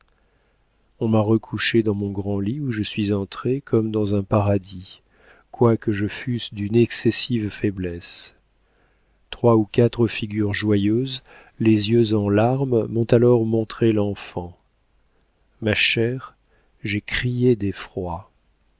on m'a recouchée dans mon grand lit où je suis entrée comme dans un paradis quoique je fusse d'une excessive faiblesse trois ou quatre figures joyeuses les yeux en larmes m'ont alors montré l'enfant ma chère j'ai crié